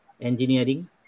engineering